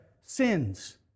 sins